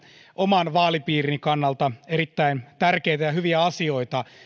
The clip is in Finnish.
oman vaalipiirini kannalta erittäin tärkeitä ja hyviä asioita